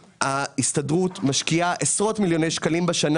ההסתדרות משקיעה עשרות מיליוני שקלים בשנה